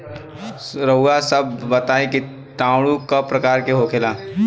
रउआ सभ बताई किटाणु क प्रकार के होखेला?